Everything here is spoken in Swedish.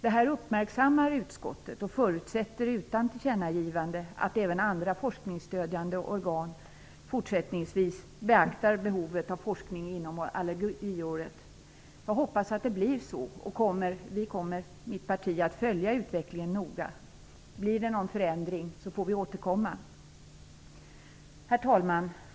Detta uppmärksammar utskottet, och förutsätter utan tillkännagivande att även andra forskningsstödjande organ fortsättningsvis beaktar behovet av forskning inom allergiområdet. Jag hoppas att det blir så. Vi kommer i mitt parti att följa utvecklingen noga. Blir det någon förändring får vi återkomma. Herr talman!